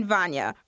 Vanya